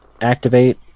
activate